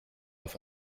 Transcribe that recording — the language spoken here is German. auf